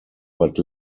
but